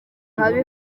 haba